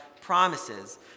promises